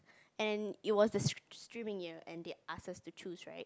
and it was the str~ streaming year and they ask us to choose right